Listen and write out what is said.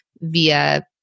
via